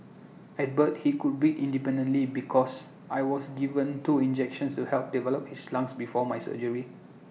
at birth he could breathe independently because I was given two injections to help develop his lungs before my surgery